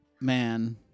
man